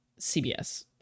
cbs